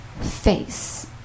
face